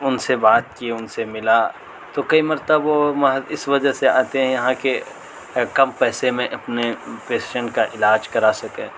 ان سے بات کی ان سے ملا تو کئی مرتبہ محض اس وجہ سے آتے ہیں یہاں کہ کم پیسے میں اپنے پیشینٹ کا علاج کرا سکیں